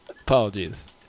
Apologies